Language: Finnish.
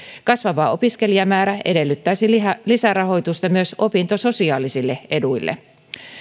kasvava opiskelijamäärä edellyttäisi lisärahoitusta myös opintososiaalisille eduille